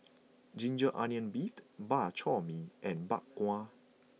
Ginger Onions Beef Bak Chor Mee and Bak Kwa